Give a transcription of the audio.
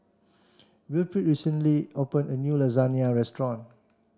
Wilfrid recently open a new Lasagne restaurant